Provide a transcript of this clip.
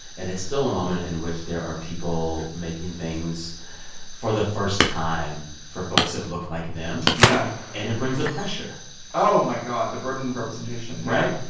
and it's still a moment in which there are people making things for the first time for folks that look like them yeah and it brings a pressure oh, my god, the burden of representation, right?